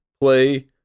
play